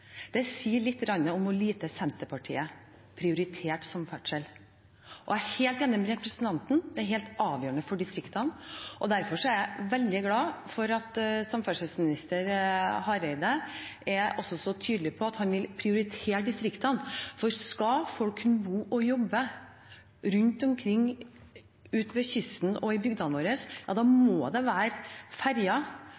Det sier litt om hvor lite Senterpartiet prioriterte samferdsel. Jeg er helt enig med representanten i at dette er helt avgjørende for distriktene, og derfor er jeg veldig glad for at samferdselsminister Hareide er så tydelig på at han vil prioritere distriktene. For skal folk kunne bo og jobbe rundt omkring ute ved kysten og i bygdene våre,